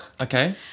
Okay